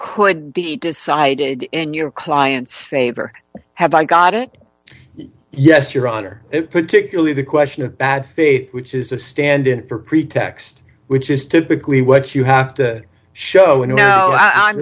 could be decided in your client's favor have i got it yes your honor particularly the question of bad faith which is a stand in for pretext which is typically what you have to show in you know i